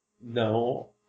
no